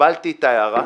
קיבלתי את ההערה,